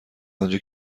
آنجا